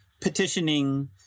petitioning